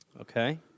Okay